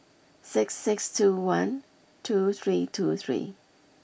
six six two one two three two three